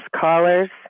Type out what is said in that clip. callers